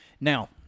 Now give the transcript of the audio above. Now